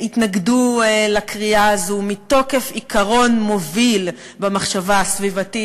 התנגדו לכרייה הזאת מתוקף עיקרון מוביל במחשבה הסביבתית,